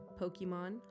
Pokemon